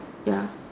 ya